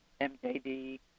MJD